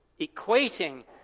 equating